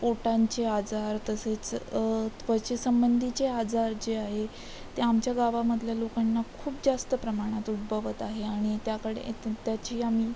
पोटाचे आजार तसेच त्वचेसंबंधीचे आजार जे आहे ते आमच्या गावामधल्या लोकांना खूप जास्त प्रमाणात उद्भवत आहे आणि त्याकडे त् त्याची आम्ही